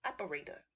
operator